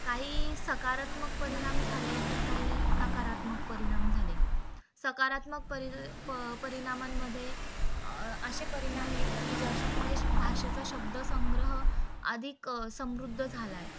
काही सकारात्मक परिणाम झाले तर काही नकारात्मक परिणाम झाले सकारात्मक परि प परिणामांमध्ये असे परिणाम आहेत की ज्याच्यामुळे श भाषेचं शब्दसंग्रह अधिक समृद्ध झाला आहे